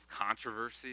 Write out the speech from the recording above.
controversy